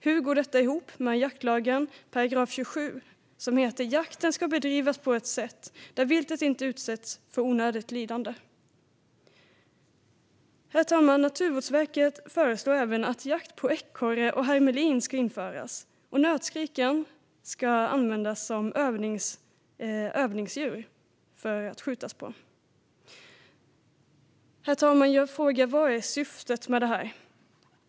Hur går detta ihop med § 27 i jaktlagen där det står att jakten ska bedrivas så att viltet inte utsätts för onödigt lidande? Herr talman! Naturvårdsverket föreslår även att jakt på ekorre och hermelin ska införas och att nötskrikan ska användas som övningsdjur vid skjutning. Herr talman! Vad är syftet med detta?